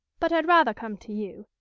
but i'd rather come to you.